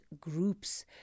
groups